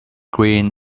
grin